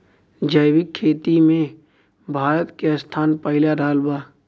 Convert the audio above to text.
जैविक खेती मे भारत के स्थान पहिला रहल बा